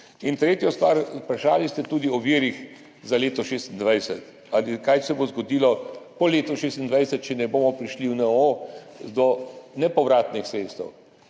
In tretja stvar, vprašali ste tudi o virih za leto 2026 ali kaj se bo zgodilo po letu 2026, če ne bomo prišli v NOO do nepovratnih sredstev.